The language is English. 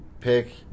Pick